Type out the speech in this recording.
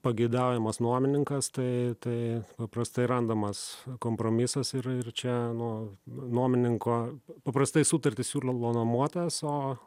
pageidaujamas nuomininkas tai tai paprastai randamas kompromisas ir ir čia nu nuomininko paprastai sutartis siūlalo nuomotojas o